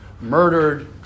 murdered